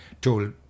told